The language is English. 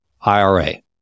I-R-A